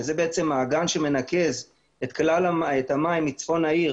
שזה בעצם האגן שמנקז את המים מצפון העיר